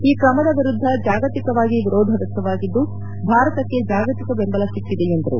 ಈ ಕ್ರಮದ ವಿರುದ್ದ ಜಾಗತಿಕವಾಗಿ ವಿರೋಧ ವ್ಯಕ್ತವಾಗಿದ್ದು ಭಾರತಕ್ಕೆ ಜಾಗತಿಕ ಬೆಂಬಲ ಸಿಕ್ಕಿದೆ ಎಂದರು